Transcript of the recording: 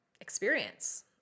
experience